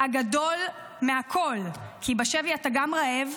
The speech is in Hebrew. הגדול מהכול, כי בשבי אתה גם רעב,